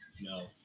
No